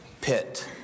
pit